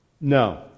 No